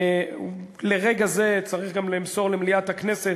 נכון לרגע זה, צריך גם למסור למליאת הכנסת,